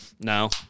No